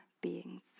beings